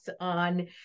on